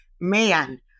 man